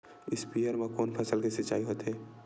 स्पीयर म कोन फसल के सिंचाई होथे?